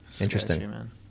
Interesting